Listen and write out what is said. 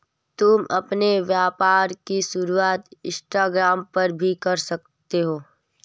तुम अपने व्यापार की शुरुआत इंस्टाग्राम पर भी कर सकती हो